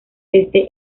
este